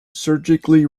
surgically